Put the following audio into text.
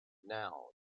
now